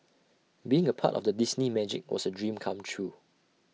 being A part of the Disney magic was A dream come true